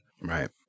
Right